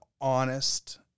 honest